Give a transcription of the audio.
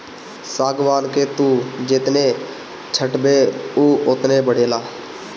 सागवान के तू जेतने छठबअ उ ओतने बढ़ेला